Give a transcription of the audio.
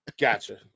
Gotcha